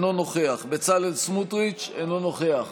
אינו נוכח בצלאל סמוטריץ' אינו נוכח